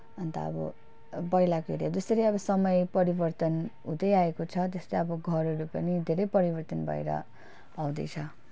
अन्त अब पहिलाको हेरेर जसरी अब समय परिवर्तन हुँदै आएको छ त्यस्तै अब घरहरू पनि धेरै परिवर्तन भएर आउँदैछ